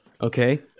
Okay